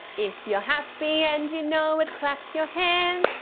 if you're happy and you know it clap your hands.